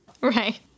Right